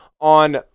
on